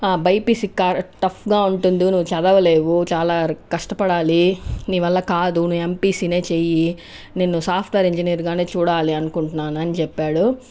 BiPC క టఫ్గా ఉంటుంది నువ్వు చదవలేవు చాలా ర కష్టపడాలి నీ వల్ల కాదు నువ్వు ఎంపీసినే చెయ్యి నిన్ను సాఫ్ట్వేర్ ఇంజనీర్గా చూడాలి అనుకుంటున్నాను అని చెప్పాడు